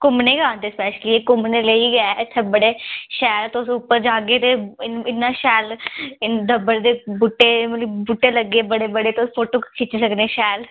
घूमने जंदे स्पेशली घुम्मने लेई गे इत्थै बड़े शैल तुस उप्पर जाह्गे ते इन्ना शैल दे बूह्टे मतलब बूहटे लग्गे दे बड़े बड़े तुस फोटो खिच्ची सकने शैल